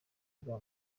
bwa